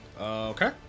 Okay